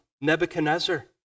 Nebuchadnezzar